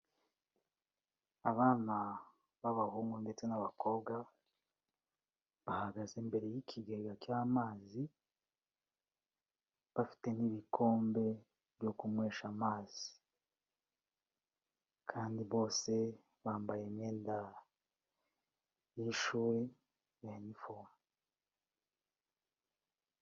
Abana b'abahungu ndetse n'abakobwa bahagaze imbere y'ikigega cy'amazi, bafite n'ibikombe byo kunywesha amazi kandi bose bambaye imyenda y'ishuri y'inifomu.